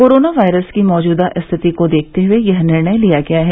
corona virus की मौजूदा स्थिति को देखते हुए यह निर्णय लिया गया है